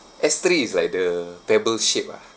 S three is like the pebble shape ah